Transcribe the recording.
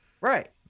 right